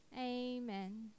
Amen